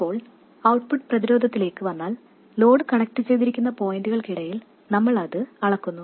ഇപ്പോൾ ഔട്ട്പുട്ട് പ്രതിരോധത്തിലേക്ക് വന്നാൽ ലോഡ് കണക്റ്റുചെയ്തിരിക്കുന്ന പോയിന്റുകൾക്കിടയിൽ നമ്മൾ അത് അളക്കുന്നു